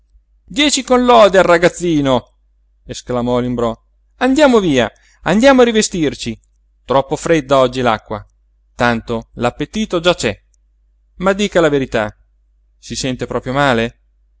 con lode al ragazzino esclamò l'imbrò andiamo via andiamo a rivestirci troppo fredda oggi l'acqua tanto l'appetito già c'è ma dica la verità si sente proprio male